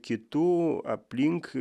kitų aplink